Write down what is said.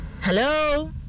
Hello